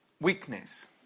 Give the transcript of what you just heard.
weakness